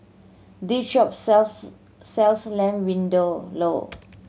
this shop sells sells Lamb Vindaloo